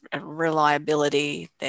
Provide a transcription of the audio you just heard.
reliability